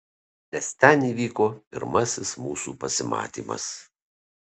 nes ten įvyko pirmasis mūsų pasimatymas